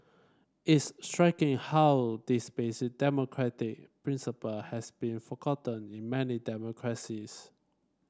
it's striking how this basic democratic principle has been forgotten in many democracies